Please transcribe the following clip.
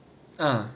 ah